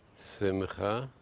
simka,